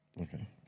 Okay